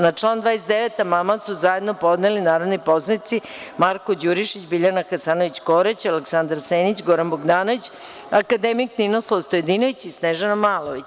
Na član 29. amandman su zajedno podneli narodni poslanici Marko Đurišić, Biljana Hasanović Korać, Aleksandar Senić, Goran Bogdanović, akademik Ninoslav Stojadinović i Snežana Malović.